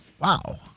Wow